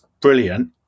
brilliant